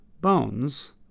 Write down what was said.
bones